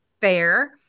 fair